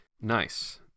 Nice